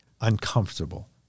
uncomfortable